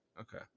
Okay